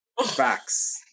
facts